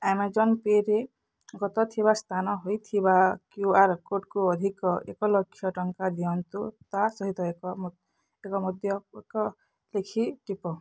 Amazon ପେ'ରେ ଗତ ଥିବା ସ୍ଥାନ ହୋଇଥିବା କ୍ୟୁ ଆର୍ କୋଡ଼୍କୁ ଅଧିକ ଏକ ଲକ୍ଷ ଟଙ୍କା ଦିଅନ୍ତୁ ତା' ସହିତ ଏକ ମନ୍ତବ୍ୟ ମଧ୍ୟ ଏକ ଲେଖି ଟିପ